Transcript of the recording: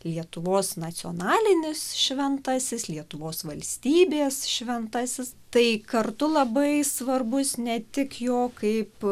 lietuvos nacionalinis šventasis lietuvos valstybės šventasis tai kartu labai svarbus ne tik jo kaip